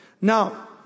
Now